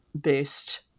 based